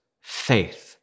faith